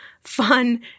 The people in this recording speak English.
fun